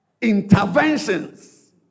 interventions